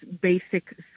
basic